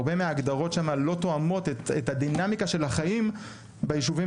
הרבה מההגדרות שם לא תואמות את הדינמיקה של החיים ביישובים